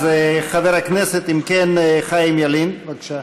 אז אם כן, חבר הכנסת חיים ילין, בבקשה.